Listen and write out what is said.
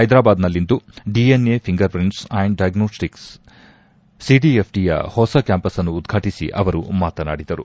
ಹೈದರಾಬಾದ್ನಲ್ಲಿಂದು DNA finger printing and diagnostics ಸಿಡಿಎಫ್ಡಿಯ ಹೊಸ ಕ್ನಾಂಪಸ್ನ್ನು ಉದ್ಘಾಟಿಸಿ ಅವರು ಮಾತನಾಡಿದರು